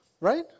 Right